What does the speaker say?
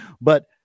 but-